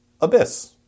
abyss